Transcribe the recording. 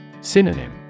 Synonym